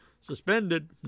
suspended